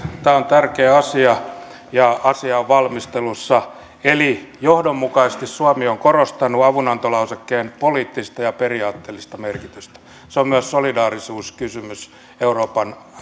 tämä on tärkeä asia ja asia on valmistelussa eli johdonmukaisesti suomi on korostanut avunantolausekkeen poliittista ja periaatteellista merkitystä se on myös solidaarisuuskysymys euroopan